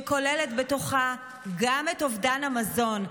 שכוללת בתוכה גם את אובדן המזון,